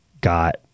got